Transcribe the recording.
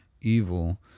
evil